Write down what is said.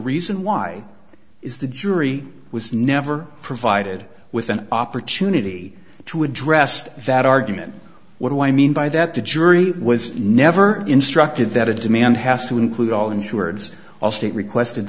reason why is the jury was never provided with an opportunity to addressed that argument what do i mean by that the jury was never instructed that a demand has to include all insureds all state requested